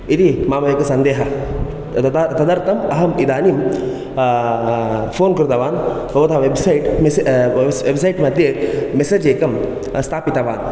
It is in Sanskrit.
इति मम एक सन्देहः तदा तदर्थम् अहं इदानीं फोन् कृतवान् भवतः वेब्सैट् मिस् वेब्सैट् मध्ये मेसेज् एकं स्थापितवान्